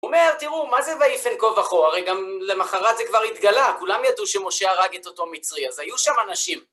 הוא אומר, תראו, מה זה ויפן כה וכה? הרי גם למחרת זה כבר התגלה, כולם ידעו שמשה הרג את אותו מצרי, אז היו שם אנשים.